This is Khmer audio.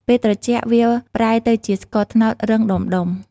ពេលត្រជាក់ វាប្រែទៅជាស្ករត្នោតរឹងដំុៗ។